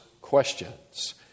questions